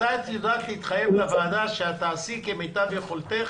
למתי את יודעת להתחייב לוועדה שתעשי כמיטב יכולתך